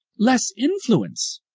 less influence.